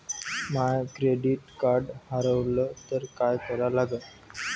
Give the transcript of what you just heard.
माय credit card हारवलं तर काय करा लागन?